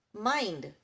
mind